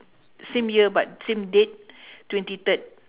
same year but same date twenty third